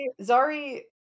Zari